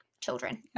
children